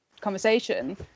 conversation